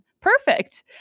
perfect